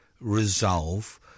resolve